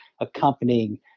accompanying